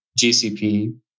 GCP